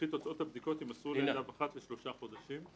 וכי תוצאות הבדיקות ימסרו לידיו אחת לשלושה חודשים,